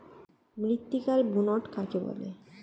মৃত্তিকার বুনট কাকে বলে?